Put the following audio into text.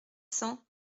cents